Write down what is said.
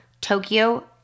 Tokyo